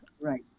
right